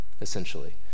essentially